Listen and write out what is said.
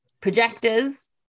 projectors